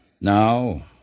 Now